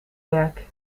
werk